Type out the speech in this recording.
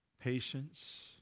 patience